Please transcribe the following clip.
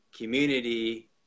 community